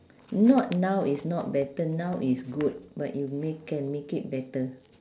not now is not better now is good but you make can make it better